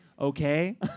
Okay